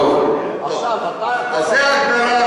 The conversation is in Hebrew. עכשיו, אתה יכול,